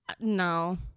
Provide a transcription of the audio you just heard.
no